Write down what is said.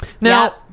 Now